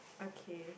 okay